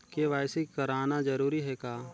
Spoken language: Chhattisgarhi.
के.वाई.सी कराना जरूरी है का?